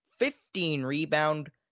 15-rebound